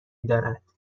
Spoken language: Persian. میدارد